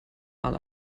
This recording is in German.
mal